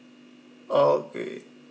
okay